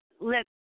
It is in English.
let